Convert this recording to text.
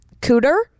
cooter